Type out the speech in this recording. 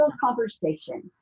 conversation